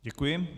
Děkuji.